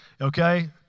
Okay